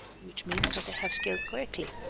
which means that i have scaled correctly.